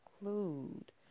include